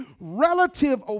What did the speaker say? Relative